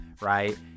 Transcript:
right